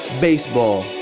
baseball